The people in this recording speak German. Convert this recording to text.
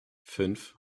fünf